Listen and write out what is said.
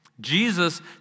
Jesus